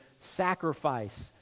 sacrifice